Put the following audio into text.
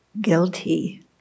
guilty